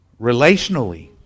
relationally